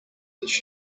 this